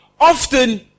often